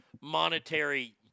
monetary